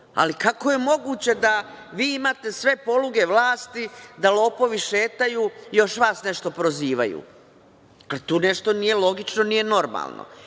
ali kako je moguće da vi imate sve poluge vlasti, da lopovi šetaju, još vas nešto prozivaju? Tu nešto nije logično, nije normalno. Ovde